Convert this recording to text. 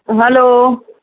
hello